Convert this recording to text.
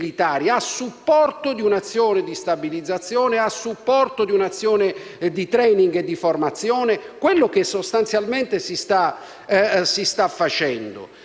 militari a supporto di un'azione di stabilizzazione, di un'azione di *training* e di formazione, come sostanzialmente si sta facendo.